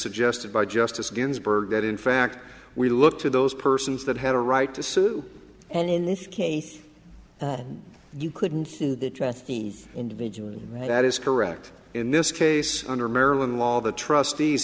suggested by justice ginsburg that in fact we look to those persons that had a right to sue and in this case you couldn't do the test the individual and that is correct in this case under maryland law the trustees